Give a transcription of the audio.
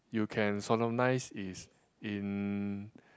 you can solemnise is in